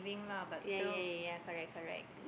ya ya ya correct correct